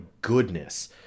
goodness